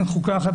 אין חוקה אחת.